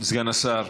סגן השר,